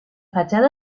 fachada